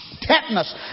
Tetanus